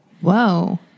Whoa